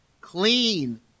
clean